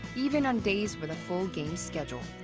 even on days with a full games schedule.